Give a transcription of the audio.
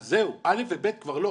אז זהו, א' וב' כבר לא,